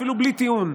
אפילו בלי טיעון.